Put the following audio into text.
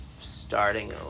starting